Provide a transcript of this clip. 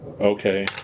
Okay